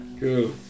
Cool